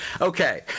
Okay